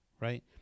right